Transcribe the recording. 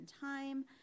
time